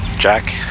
Jack